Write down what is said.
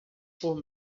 por